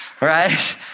right